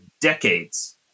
decades